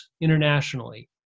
internationally